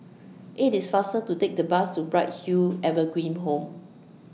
IT IS faster to Take The Bus to Bright Hill Evergreen Home